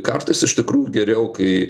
kartais iš tikrųjų geriau kai